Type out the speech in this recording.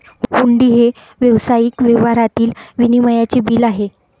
हुंडी हे व्यावसायिक व्यवहारातील विनिमयाचे बिल आहे